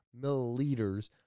milliliters